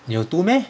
你有 two meh